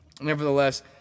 Nevertheless